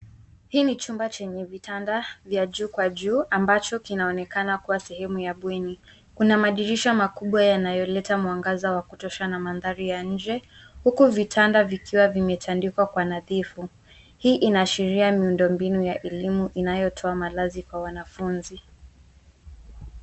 Hii ni chumba chenye vitanda vya juu kwa juu, ambacho kinaonekana kua sehemu ya bweni. Kuna madirisha makubwa yanayoleta mwangaza wa kutosha, na mandhari ya nje, huku vitanda vikiwa vimetandikwa kwa nadhifu. Hii inaashiria miundo mbinu ya elimu inayotoa malazi kwa wanafunzi.